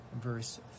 verse